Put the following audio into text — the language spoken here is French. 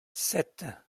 sept